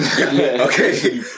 Okay